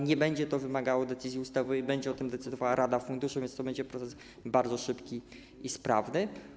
Nie będzie to wymagało decyzji ustawowej, będzie o tym decydowała rada funduszu, więc to będzie proces bardzo szybki i sprawny.